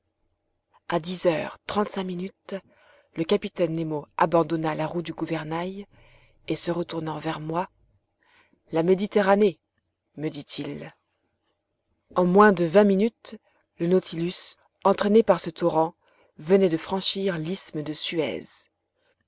a dix heures trente-cinq minutes le capitaine nemo abandonna la roue du gouvernail et se retournant vers moi la méditerranée me dit-il en moins de vingt minutes le nautilus entraîné par ce torrent venait de franchir l'isthme de suez